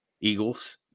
Eagles